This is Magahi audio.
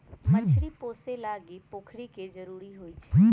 मछरी पोशे लागी पोखरि के जरूरी होइ छै